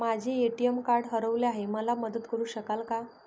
माझे ATM card हरवले आहे, मला मदत करु शकाल का?